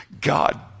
God